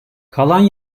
kalan